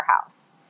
house